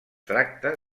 tracta